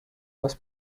was